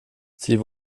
sie